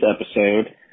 episode